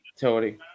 Tony